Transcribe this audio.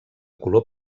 color